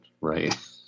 right